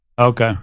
Okay